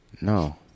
No